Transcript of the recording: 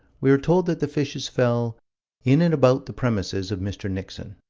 we are told that the fishes fell in and about the premises of mr. nixon.